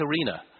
arena